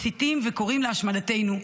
מסיתים וקוראים להשמדתנו,